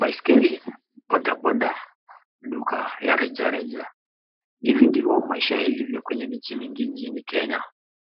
Baiskeli , bodaboda, duka ya rejareja. Hivi ndivyo maisha ilivyo kwenye miji mingi nchini Kenya.